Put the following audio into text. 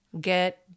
get